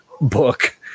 book